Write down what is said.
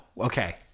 Okay